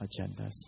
agendas